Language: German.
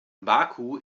baku